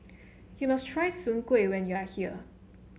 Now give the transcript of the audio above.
you must try Soon Kueh when you are here